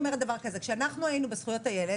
כשאנחנו היינו בזכויות הילד,